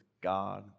God